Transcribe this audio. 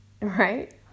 right